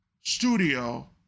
studio